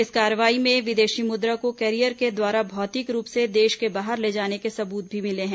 इस कार्रवाई में विदेशी मुद्रा को कैरियर के द्वारा भौतिक रूप से देश के बाहर ले जाने के सबूत भी मिले हैं